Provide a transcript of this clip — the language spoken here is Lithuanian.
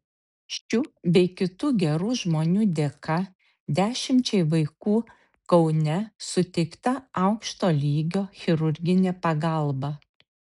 šių bei kitų gerų žmonių dėka dešimčiai vaikų kaune suteikta aukšto lygio chirurginė pagalba